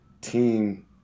team